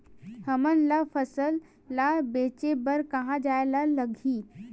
हमन ला फसल ला बेचे बर कहां जाये ला लगही?